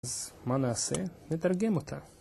אז מה נעשה? נתרגם אותה